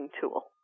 tool